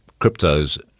cryptos